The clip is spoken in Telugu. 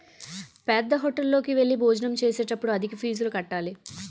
పేద్దహోటల్లోకి వెళ్లి భోజనం చేసేటప్పుడు అధిక ఫీజులు కట్టాలి